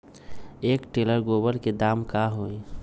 एक टेलर गोबर के दाम का होई?